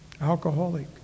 alcoholic